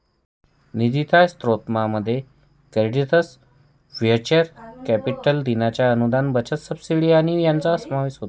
निधीच्या स्त्रोतांमध्ये credits venture capital देणग्या अनुदान बचत सबसिडी आणि कर यांचा समावेश होतो